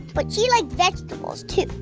but she liked vegetables too.